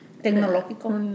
Tecnológico